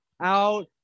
out